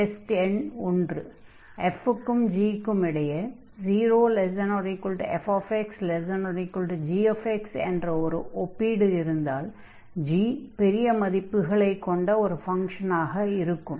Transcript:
test எண் 1 f க்கும் g க்கும் இடையே 0≤fx≤gx என்ற ஓர் ஒப்பீடு இருந்தால் g பெரிய மதிப்புகளைக் கொண்ட ஒரு ஃபங்ஷனாக இருக்கும்